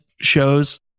shows